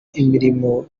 imirimo